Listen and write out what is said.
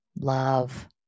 love